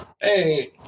hey